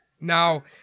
Now